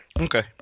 Okay